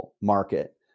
market